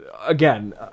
again